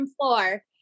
floor